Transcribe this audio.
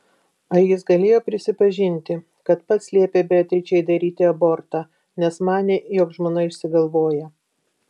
ar jis galėjo prisipažinti kad pats liepė beatričei daryti abortą nes manė jog žmona išsigalvoja